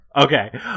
Okay